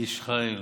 איש חיל,